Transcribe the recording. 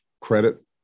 credit